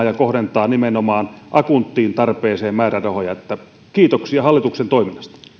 ja kohdentaa nimenomaan akuuttiin tarpeeseen määrärahoja kiitoksia hallituksen toiminnasta